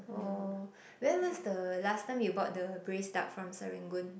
orh when was the last time you bought the braised duck from Serangoon